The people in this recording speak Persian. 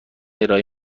ارائه